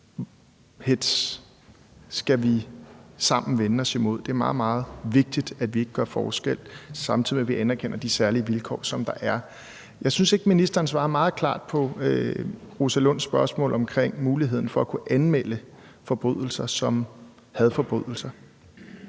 Al den hetz skal vi sammen vende os imod. Det er meget, meget vigtigt, at vi ikke gør forskel, samtidig med at vi anerkender de særlige vilkår, som der er. Jeg synes ikke, ministeren svarer meget klart på Rosa Lunds spørgsmål om muligheden for at kunne anmelde forbrydelser som hadforbrydelser.